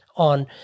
On